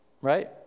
Right